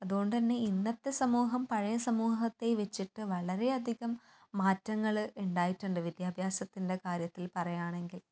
അതുകൊണ്ട് തന്നെ ഇന്നത്തെ സമൂഹം പഴയ സമൂഹത്തെ വച്ചിട്ട് വളരെയധിയകം മാറ്റങ്ങള് ഉണ്ടായിട്ടുണ്ട് വിദ്യാഭ്യാസത്തിൻ്റെ കാര്യത്തിൽ പറയുകയാണെങ്കിൽ